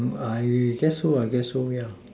I guess so I guess so yeah